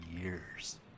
years